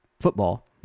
football